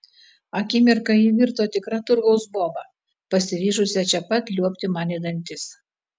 akimirką ji virto tikra turgaus boba pasiryžusia čia pat liuobti man į dantis